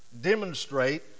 demonstrate